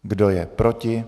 Kdo je proti?